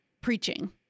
Preaching